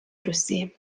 русі